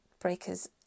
breakers